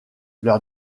leur